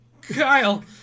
Kyle